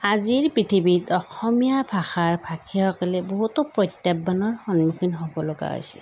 আজিৰ পৃথিৱীত অসমীয়া ভাষাৰ ভাষীসকলে বহুতো প্ৰত্যাহ্বানৰ সন্মুখীন হ'বলগীয়া হৈছে